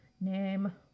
Name